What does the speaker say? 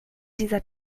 dieser